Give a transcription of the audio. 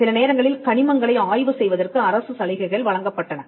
சில நேரங்களில் கனிமங்களை ஆய்வு செய்வதற்கு அரசு சலுகைகள் வழங்கப்பட்டன